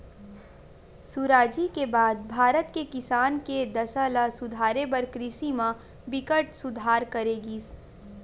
सुराजी के बाद भारत के किसान के दसा ल सुधारे बर कृषि म बिकट सुधार करे गिस